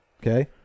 Okay